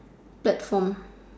platform